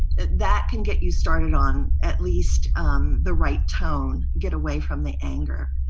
that can get you started on at least the right tone, get away from the anger.